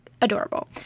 adorable